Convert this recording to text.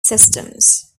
systems